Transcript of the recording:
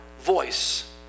voice